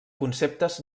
conceptes